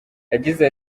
yagize